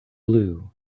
blue